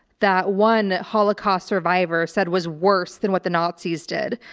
that one holocaust survivor said was worse than what the nazis did.